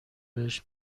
بهش